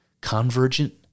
convergent